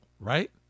right